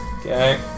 Okay